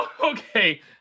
Okay